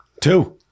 Two